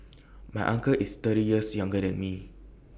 my uncle is thirty years younger than me